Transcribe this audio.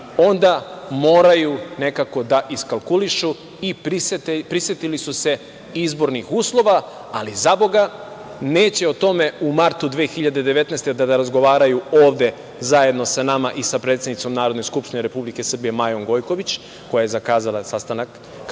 onda moraju nekako da iskalkulišu i prisetili su se izbornih uslova, ali zaboga, neće o tome u martu 2019. godine da razgovaraju ovde zajedno sa nama i sa predsednicom Narodne skupštine Republike Srbije, Majom Gojković, koja je zakazala sastanak da